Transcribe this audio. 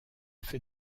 fait